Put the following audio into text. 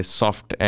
soft